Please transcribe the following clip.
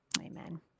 Amen